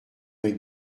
vingt